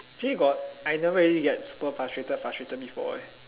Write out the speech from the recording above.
actually got I never really get super frustrated frustrated before eh